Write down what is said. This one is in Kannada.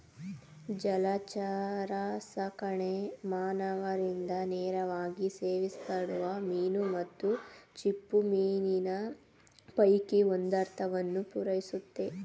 ಜಲಚರಸಾಕಣೆ ಮಾನವರಿಂದ ನೇರವಾಗಿ ಸೇವಿಸಲ್ಪಡೋ ಮೀನು ಮತ್ತು ಚಿಪ್ಪುಮೀನಿನ ಪೈಕಿ ಒಂದರ್ಧವನ್ನು ಪೂರೈಸುತ್ತೆ